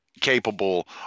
capable